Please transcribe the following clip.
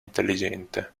intelligente